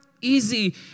easy